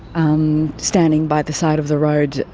um standing by the side of the road.